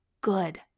good